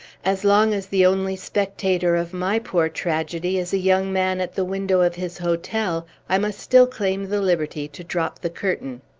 as long as the only spectator of my poor tragedy is a young man at the window of his hotel, i must still claim the liberty to drop the curtain.